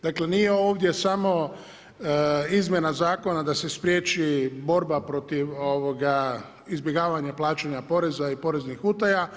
Dakle nije ovdje samo izmjena zakona da se spriječi borba protiv izbjegavanja plaćanja poreza i poreznih utaja.